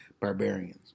Barbarians